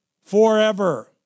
forever